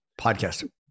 podcast